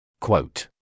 Quote